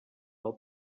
del